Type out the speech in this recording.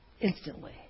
instantly